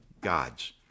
God's